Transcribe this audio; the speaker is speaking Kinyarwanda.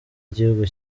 igihugu